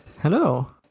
Hello